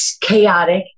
chaotic